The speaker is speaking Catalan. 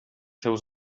seus